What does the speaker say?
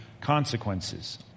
consequences